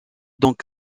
donc